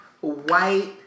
white